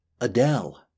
Adele